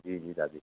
जी जी दादी